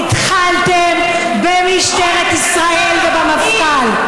התחלתם במשטרת ישראל ובמפכ"ל,